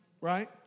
right